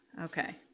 Okay